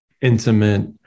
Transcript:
intimate